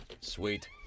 Sweet